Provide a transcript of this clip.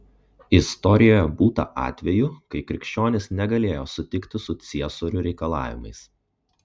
istorijoje būta atvejų kai krikščionys negalėjo sutikti su ciesorių reikalavimais